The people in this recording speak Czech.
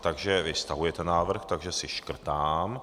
Takže vy stahujete svůj návrh, takže si škrtám.